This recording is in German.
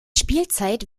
spielzeit